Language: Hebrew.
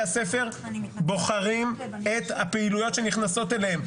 הספר בוחרים את הפעילויות שנכנסות אליהם.